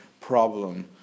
problem